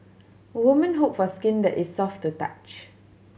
women hope for skin that is soft to touch